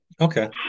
Okay